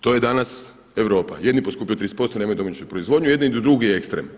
To je danas Europa jedni poskupljuju 30% nemaju domaću proizvodnju, jedini idu u dug i ekstrem.